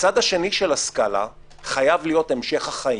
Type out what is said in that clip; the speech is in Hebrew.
בצד השני של הסקאלה חייב להיות המשך החיים,